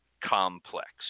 complex